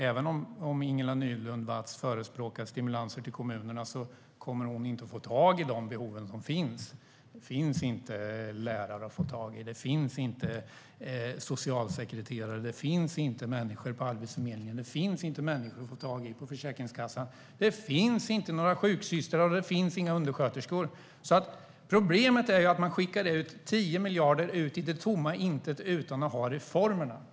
Även om Ingela Nylund Watz förespråkar stimulanser till kommunerna kommer hon inte att få tag i de behov som finns. Det finns inte lärare att få tag i. Det finns inte socialsekreterare. Det finns inte människor på Arbetsförmedlingen. Det finns inte människor att få tag i på Försäkringskassan. Det finns inga sjuksystrar, och det finns inga undersköterskor. Problemet är att man skickar 10 miljarder ut i tomma intet utan att ha reformerna.